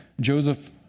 Joseph